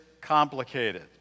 complicated